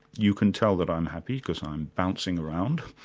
you can tell that i'm happy because i'm bouncing around.